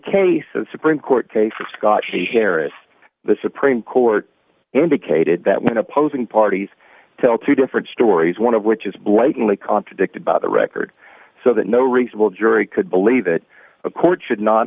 case of supreme court cases scotchy harris the supreme court indicated that when opposing parties tell two different stories one of which is blatantly contradicted by the record so that no reasonable jury could believe that a court should not